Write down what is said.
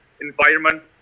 environment